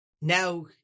Now